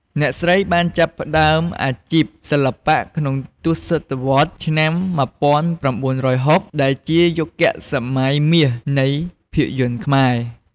អ្នកស្រីបានចាប់ផ្ដើមអាជីពសិល្បៈក្នុងទសវត្សរ៍ឆ្នាំ ១៩៦០ ដែលជាយុគសម័យមាសនៃភាពយន្តខ្មែរ។